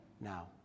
now